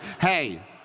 Hey